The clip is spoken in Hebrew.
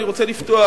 אני רוצה לפתוח,